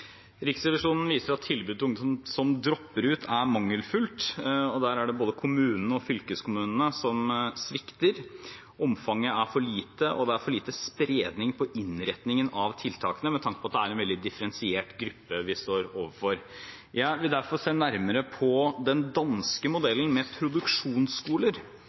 Riksrevisjonen viser til at tilbudet til ungdom som dropper ut, er mangelfullt. Der svikter både kommunene og fylkeskommunene. Omfanget er for lite, og det er for lite spredning på innretningen av tiltakene med tanke på at det er en veldig differensiert gruppe vi står overfor. Jeg vil derfor se nærmere på den danske modellen med produksjonsskoler,